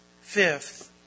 Fifth